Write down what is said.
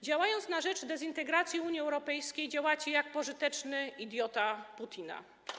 Działając na rzecz dezintegracji Unii Europejskiej, działacie jak pożyteczny idiota Putina.